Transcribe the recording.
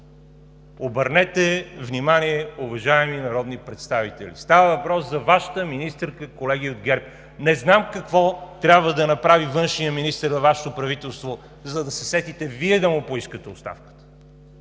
Обърнете внимание, уважаеми народни представители! Става въпрос за Вашата министърка, колеги от ГЕРБ! Не знам какво трябва да направи външният министър във Вашето правителство, за да се сетите Вие да му поискате оставката,